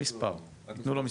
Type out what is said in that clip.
רק מספר זהות.